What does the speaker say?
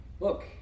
Look